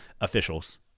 officials